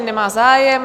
Nemá zájem.